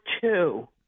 two